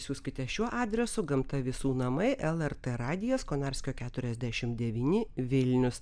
siųskite šiuo adresu gamta visų namai lrt radijas konarskio keturiasdešimt devyni vilnius